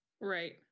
right